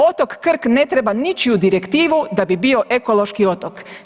Otok Krk ne treba ničiju direktivu da bi bio ekološki otok.